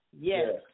Yes